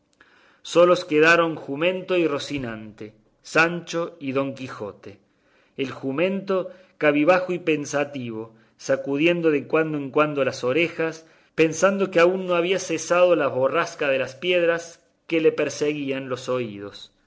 solos quedaron jumento y rocinante sancho y don quijote el jumento cabizbajo y pensativo sacudiendo de cuando en cuando las orejas pensando que aún no había cesado la borrasca de las piedras que le perseguían los oídos